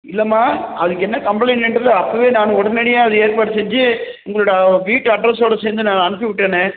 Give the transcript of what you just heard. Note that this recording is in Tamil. இல்லைமா அதுக்கு என்ன கம்ப்ளைண்ட்ன்ட்டு அப்போதே நான் உடனடியாக அது ஏற்பாடு செஞ்சு உங்களோடய வீட்டு அட்ரஸோடு சேர்ந்து நான் அனுப்பி விட்டேனே